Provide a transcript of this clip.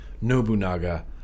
Nobunaga